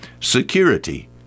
Security